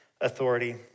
authority